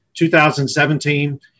2017